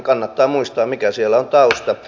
kannattaa muistaa mikä siellä on tausta